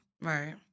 Right